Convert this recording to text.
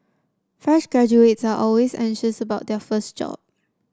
fresh graduates are always anxious about their first job